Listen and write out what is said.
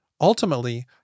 Ultimately